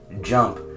jump